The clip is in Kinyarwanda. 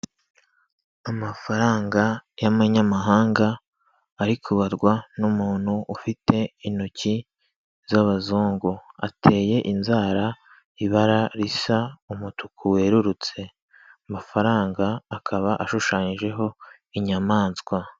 Amafaranga y'abanyamahanga ari kubarwa n'umuntu ufite intoki z'abazungu, ateye inzara ibara risa umutuku werurutse, amafaranga akaba ashushanyijeho inyamanswa.